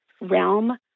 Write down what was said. realm